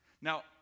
Now